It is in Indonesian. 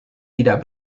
tidak